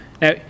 Now